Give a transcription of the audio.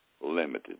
limited